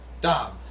Dom